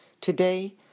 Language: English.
Today